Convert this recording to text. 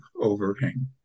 overhang